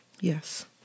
Yes